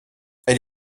elle